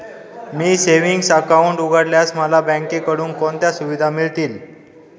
मी savings account उघडल्यास मला बँकेकडून कोणत्या सुविधा मिळतील?